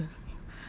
october